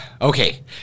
okay